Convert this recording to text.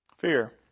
Fear